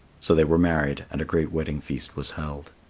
so they were married and a great wedding feast was held.